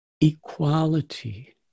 equality